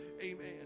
Amen